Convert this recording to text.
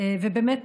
ובאמת